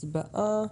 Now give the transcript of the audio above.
הצבעה.